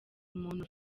umuntu